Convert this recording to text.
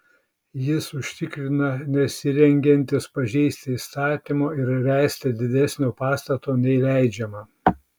jis užtikrina nesirengiantis pažeisti įstatymo ir ręsti didesnio pastato nei leidžiama